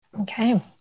Okay